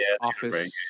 office